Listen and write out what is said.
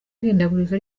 ihindagurika